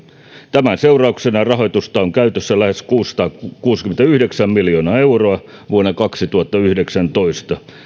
tämän seurauksena rahoitusta on käytössä lähes kuusisataakuusikymmentäyhdeksän miljoonaa euroa vuonna kaksituhattayhdeksäntoista